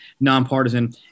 nonpartisan